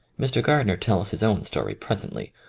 mr. gardner tells his own story presently,